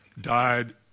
died